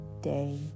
day